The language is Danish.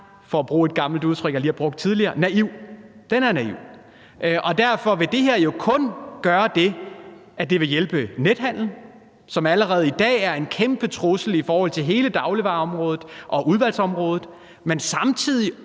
for at bruge et gammelt udtryk, jeg har brugt tidligere, naivt. Det er naivt. Derfor vil det her jo kun gøre det, at det vil hjælpe nethandelen, som allerede i dag er en kæmpe trussel mod hele dagligvareområdet og udvalgsvareområdet, men samtidig